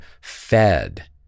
fed